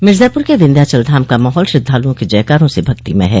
मिर्ज़ापुर के विन्ध्यांचल धाम का माहौल श्रद्धालुओं के जयकारों से भक्तिमय है